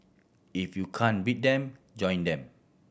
if you can beat them join them